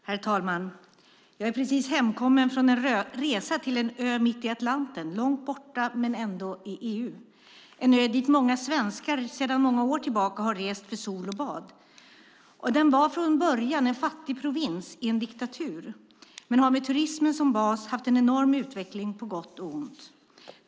Herr talman! Jag är precis hemkommen från en resa till en ö mitt i Atlanten - långt borta men ändå i EU. Det är en ö dit många svenskar sedan många år tillbaka har rest för sol och bad. Den var från början en fattig provins i en diktatur, men den har med turismen som bas haft en enorm utveckling på gott och ont.